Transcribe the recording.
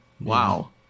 Wow